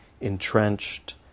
entrenched